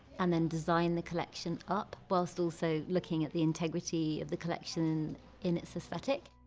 and then design the collection up, whilst also looking at the integrity of the collection in its aesthetic.